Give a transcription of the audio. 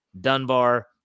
Dunbar